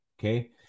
okay